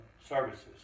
services